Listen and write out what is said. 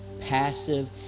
passive